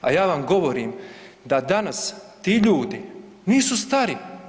A ja vam govorim da danas ti ljudi nisu stari.